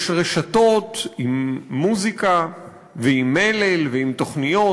יש רשתות עם מוזיקה ועם מלל ועם תוכניות,